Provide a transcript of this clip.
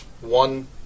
one